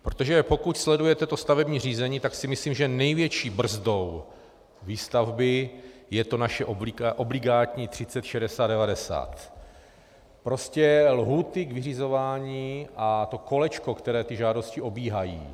Protože pokud sledujete stavební řízení, tak si myslím, že největší brzdou výstavby je to naše obligátní 306090, prostě lhůty k vyřizování a to kolečko, které ty žádosti obíhají.